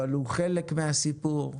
אבל הוא חלק מהסיפור.